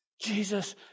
Jesus